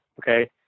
Okay